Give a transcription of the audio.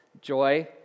Joy